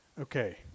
Okay